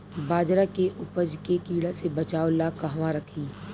बाजरा के उपज के कीड़ा से बचाव ला कहवा रखीं?